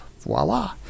Voila